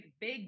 big